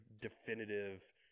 definitive